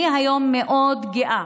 אני היום מאוד גאה